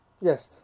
Yes